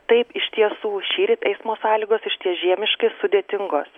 taip iš tiesų šįryt eismo sąlygos išties žiemiškai sudėtingos